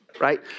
right